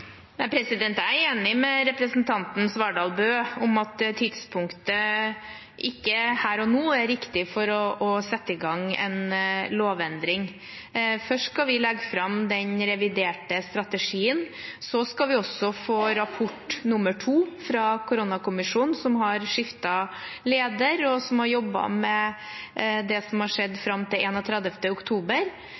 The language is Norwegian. Jeg er enig med representanten Svardal Bøe i at tidspunktet her og nå ikke er riktig for å sette i gang en lovendring. Først skal vi legge fram den reviderte strategien. Så skal vi få rapport nummer to fra koronakommisjonen, som har skiftet leder, og som har jobbet med det som har skjedd fram til 31. oktober.